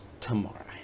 tomorrow